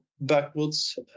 backwards